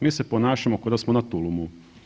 Mi se ponašamo koda smo na tulumu.